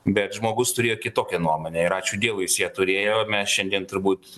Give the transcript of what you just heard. bet žmogus turėjo kitokią nuomonę ir ačiū dievui jis ją turėjo ir mes šiandien turbūt